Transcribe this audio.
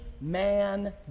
man